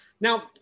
Now